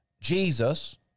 Jesus